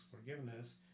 forgiveness